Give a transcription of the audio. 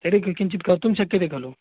तर्हि किं किञ्चिद् कर्तुं शक्यते खलु